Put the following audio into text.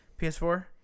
PS4